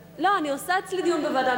לא, לא משותף, תעשי דיון אצלך בוועדה.